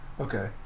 Okay